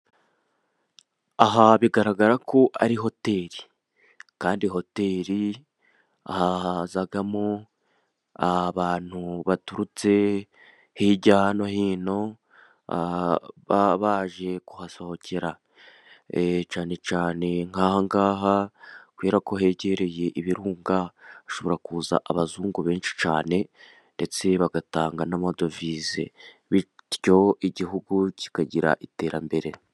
Aha bigaragara ko ari hotel. Kandi hotel hazamo abantu baturutse hirya no hino, baje kuhasohokera. Cyane cyane nk'aha ngaha, kubera ko hegereye ibirunga, hashobora kuza abazungu benshi cyane ndetse bagatanga n'amadovize. Bityo igihugu kikagira iterambere.